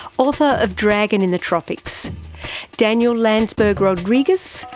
author of dragon in the tropics daniel lansberg-rodriguez,